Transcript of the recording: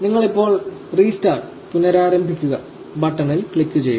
നിങ്ങൾ ഇപ്പോൾ റീസ്റ്റാർട് പുനരാരംഭിക്കുക ബട്ടണിൽ ക്ലിക്കുചെയ്യുക